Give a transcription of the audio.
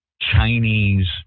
Chinese